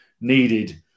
needed